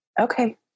Okay